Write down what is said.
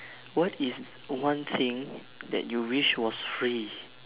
what is one thing that you wish was free